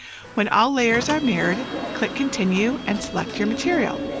when all layers are mirrored, click continue and select your material.